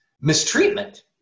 mistreatment